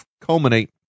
culminate